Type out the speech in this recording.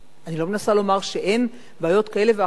אני לא מנסה לומר שאין בעיות כאלה ואחרות,